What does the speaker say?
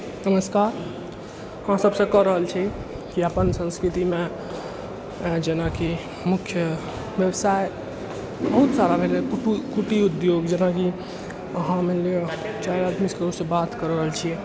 नमस्कार हम सबसँ कहि रहल छी कि अपन संस्कृतिमे जेनाकि मुख्य बेबसाइ बहुत सारा भेलै कुटीर उद्योग जेनाकि अहाँ मानि लिअ चारि आदमी ककरोसँ बात करि रहल छिए